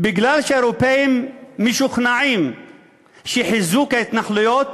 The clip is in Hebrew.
כי האירופים משוכנעים שחיזוק ההתנחלויות